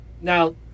Now